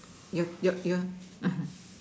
your your your